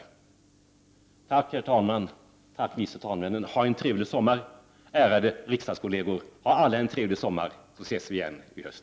Ärade riksdagskolleger! Ha alla en trevlig sommar. Vi ses igen i höst.